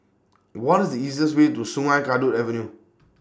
What IS The easiest Way to Sungei Kadut Avenue